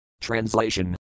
Translation